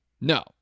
No